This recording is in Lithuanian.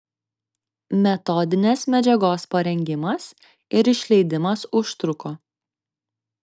metodinės medžiagos parengimas ir išleidimas užtruko